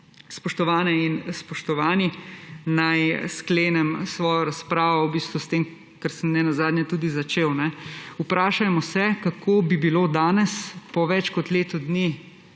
Spoštovane in spoštovani, naj sklenem svojo razpravo s tem, s čimer sem ne nazadnje tudi začel. Vprašajmo se, kako bi bilo danes po več kot letu dni